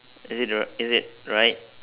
is it the r~ is it right